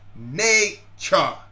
nature